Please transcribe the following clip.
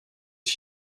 ich